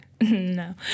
No